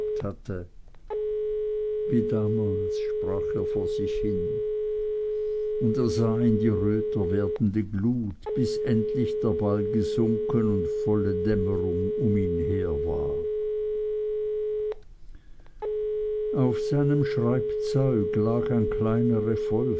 hatte wie damals sprach er vor sich hin und er sah in die röter werdende glut bis endlich der ball gesunken und volle dämmerung um ihn her war auf seinem schreibzeug lag ein kleiner